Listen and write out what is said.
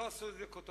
לא עשו על זה כותרות,